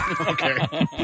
Okay